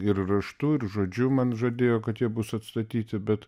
ir raštu ir žodžiu man žadėjo kad jie bus atstatyti bet